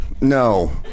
No